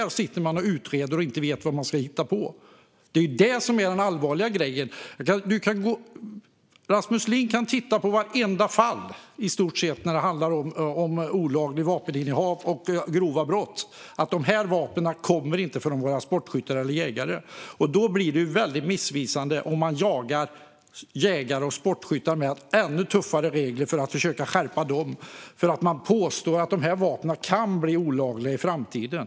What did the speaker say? Den sitter man och utreder och vet inte vad man ska hitta på. Det är det som är den allvarliga grejen. Rasmus Ling kan titta på i stort sett vartenda fall när det handlar om olagligt vapeninnehav och grova brott: De här vapnen kommer inte från några sportskyttar eller jägare. Därför blir det väldigt missvisande om man jagar jägare och sportskyttar med ännu tuffare regler. Man vill försöka skärpa det hela för att man påstår att dessa vapen kan bli olagliga i framtiden.